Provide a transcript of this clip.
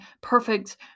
perfect